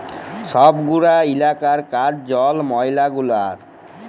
ছব গুলা ইলাকার কাজ জল, ময়লা গুলার